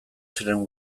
ziren